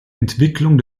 entwicklung